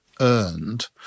earned